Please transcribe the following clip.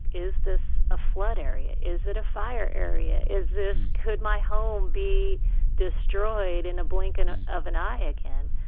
is this a flood area? is it a fire area? is this could my home be destroyed in a blink and of an eye again?